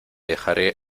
dejaré